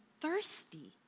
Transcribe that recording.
thirsty